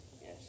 Yes